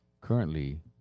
Currently